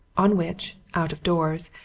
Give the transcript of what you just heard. on which, out of doors,